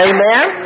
Amen